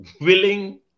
willing